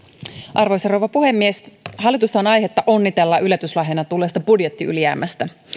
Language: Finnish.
arvoisa rouva puhemies hallitusta on aihetta onnitella yllätyslahjana tulleesta budjettiylijäämästä